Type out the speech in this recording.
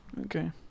Okay